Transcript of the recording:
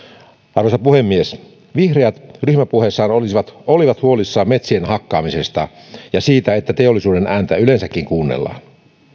arvoisa puhemies vihreät ryhmäpuheessaan olivat huolissaan metsien hakkaamisesta ja siitä että teollisuuden ääntä yleensäkin kuunnellaan